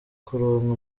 kuronka